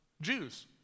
Jews